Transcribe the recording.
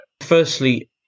Firstly